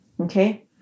Okay